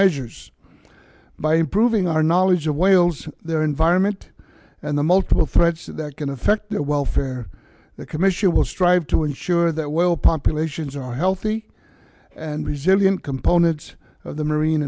measures by improving our knowledge of whales their environment and the multiple threats that can affect their welfare the commission will strive to ensure that whale populations are healthy and resilient components of the marine